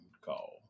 call